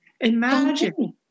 Imagine